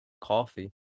coffee